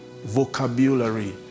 vocabulary